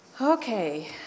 Okay